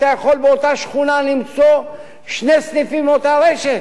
אתה יכול באותה שכונה למצוא שני סניפים מאותה הרשת.